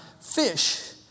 fish